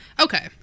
Okay